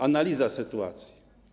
Analiza sytuacji?